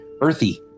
Earthy